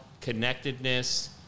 connectedness